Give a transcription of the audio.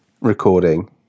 recording